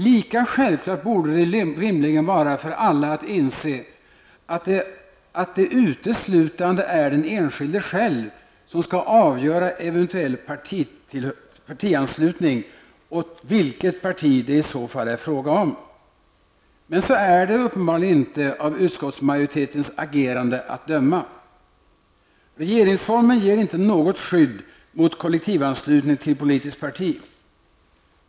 Lika självklart borde det rimligen vara för alla att inse att det uteslutande är den enskilde själv som skall avgöra eventuell partianslutning och vilket parti det i så fall är fråga om. Men så är det uppenbarligen inte av utskottsmajoritetens agerande att döma. Regeringsformen ger inte något skydd mot kollektivanslutning till politiskt parti.